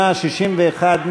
בעד, 58, 61 נגד.